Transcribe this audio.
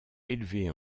élevée